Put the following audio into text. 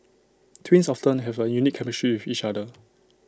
twins often have A unique chemistry with each other